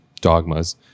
dogmas